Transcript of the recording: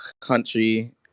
country